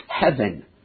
heaven